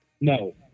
no